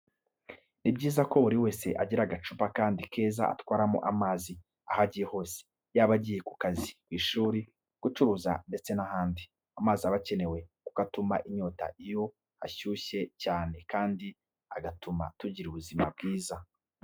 Ni byiza ko buri wese agira agacupa kandi keza atwaramo amazi aho agiye hose, yaba agiye ku kazi, ku ishuri, gucuruza ndetse n'ahandi. Amazi aba akenewe kuko atumara inyota iyo hashyushye cyane kandi agatuma tugira ubuzima bwiza.